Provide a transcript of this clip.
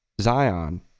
Zion